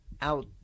out